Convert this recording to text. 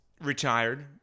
Retired